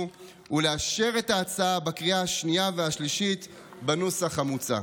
ולאשר את ההצעה בקריאה השנייה והשלישית בנוסח המוצע.